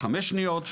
חמש שניות,